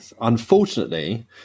Unfortunately